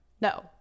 no